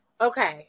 Okay